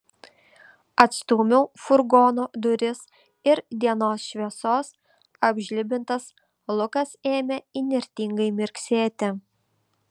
atstūmiau furgono duris ir dienos šviesos apžlibintas lukas ėmė įnirtingai mirksėti